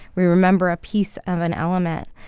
we remember a piece of an element.